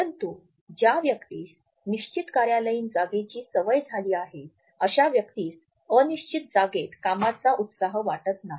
परंतु ज्या व्यक्तीस निश्चित कार्यालयीन जागेची सवय झाली आहे अशा व्यक्तीस अनिश्चित जागेत कामाचा उत्साह वाटत नाही